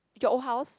your old house